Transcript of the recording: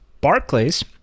barclays